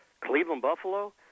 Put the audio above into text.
Cleveland-Buffalo